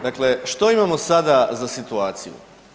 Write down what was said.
Dakle, što imamo sada za situaciju?